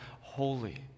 holy